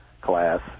class